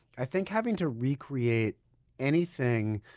i think having to recreate anything